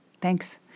Thanks